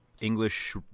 English